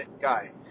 guy